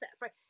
Right